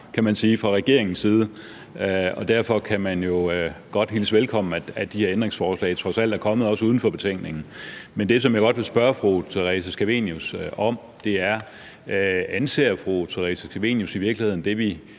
kan man sige, fra regeringens side. Derfor kan man jo godt hilse velkommen, at de her ændringsforslag trods alt er kommet, også uden for betænkningen. Men det, som jeg godt vil spørge fru Theresa Scavenius om, er, om fru Theresa Scavenius i virkeligheden anser